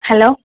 hello